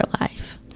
life